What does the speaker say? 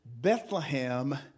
Bethlehem